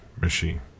machine